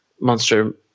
monster